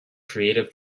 creative